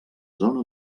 zona